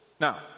Now